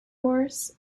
wars